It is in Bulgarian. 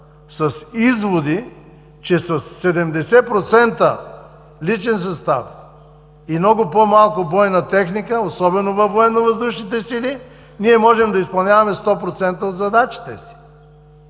с изводи, че със 70 % личен състав и много по-малко бойна техника, особено във Военновъздушните сили, ние можем да изпълняваме 100 % от задачите си.